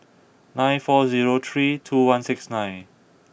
nine four zero three two one six nine